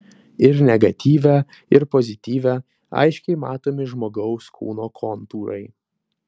ir negatyve ir pozityve aiškiai matomi žmogaus kūno kontūrai